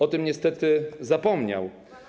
O tym niestety zapomniał.